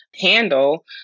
handle